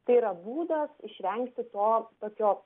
tai yra būdas išvengti to tokio